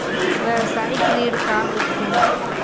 व्यवसायिक ऋण का होथे?